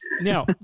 Now